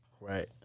right